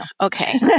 okay